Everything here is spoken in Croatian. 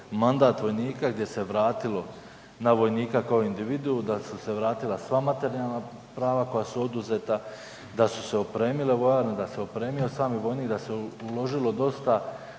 mandat vojnika gdje se vratilo na vojnika kao individuu da su se vratila sva materijalna prava koja su oduzeta, da su se opremile vojarne, da se opremio sami vojnik, da se uložilo dosta